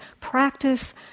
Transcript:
practice